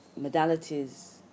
modalities